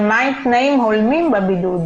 מה עם תנאים הולמים בבידוד?